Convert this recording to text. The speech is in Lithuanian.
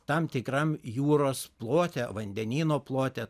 tam tikram jūros plote vandenyno plote